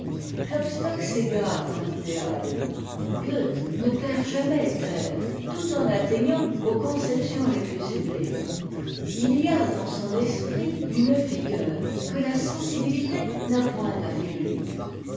klopstock s'égare dans fidéa goethe ne perd jamais terre tout en atteignant aux conceptions les plus sublimes it y a dans son esprit une vigueur que la sensibilité n'a point affaiblie